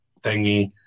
thingy